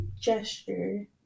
gesture